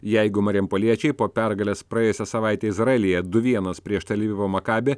jeigu marijampoliečiai po pergalės praėjusią savaitę izraelyje du vienas prieš tel avivo maccabi